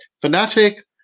fanatic